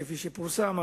כפי שפורסם,